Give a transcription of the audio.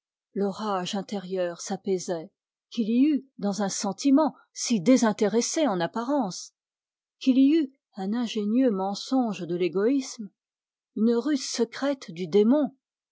l'orage intérieur s'apaisait qu'il y eût dans un sentiment si désintéressé en apparence qu'il y eût un ingénieux mensonge de l'égoïsme une ruse secrète du démon